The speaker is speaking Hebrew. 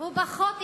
הוא פחות אנושי,